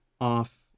off